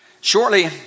shortly